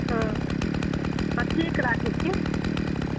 हँ सभ ठीक राखैत छी